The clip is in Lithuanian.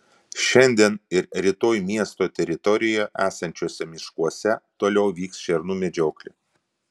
šiandien ir rytoj miesto teritorijoje esančiuose miškuose toliau vyks šernų medžioklė